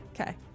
Okay